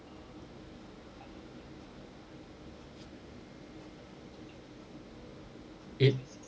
it